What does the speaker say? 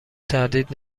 تردید